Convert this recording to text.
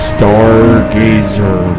Stargazer